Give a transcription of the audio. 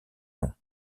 nom